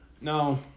No